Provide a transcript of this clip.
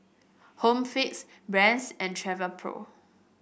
Home Fix Brand's and Travelpro